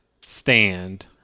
stand